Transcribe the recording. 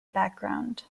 background